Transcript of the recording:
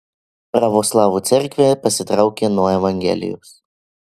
pravoslavų cerkvė pasitraukė nuo evangelijos